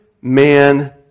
man